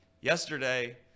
yesterday